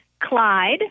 Clyde